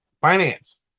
finance